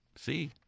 See